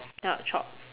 yup chopped